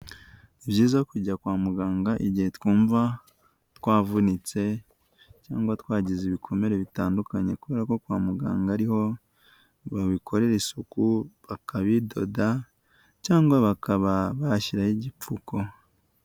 Ni byiza kujya kwa muganga igihe twumva twavunitse cyangwa twagize ibikomere bitandukanye, kubera ko kwa muganga ariho babikorera isuku bakabidoda cyangwa bakaba bashyiraho igipfuko.